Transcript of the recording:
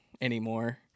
anymore